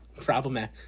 Problematic